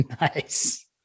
Nice